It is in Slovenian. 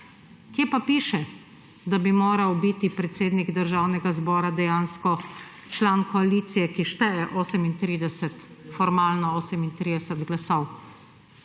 Kje pa piše, da bi moral biti predsednik Državnega zbora dejansko član koalicije, ki šteje formalno 38 glasov?